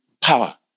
power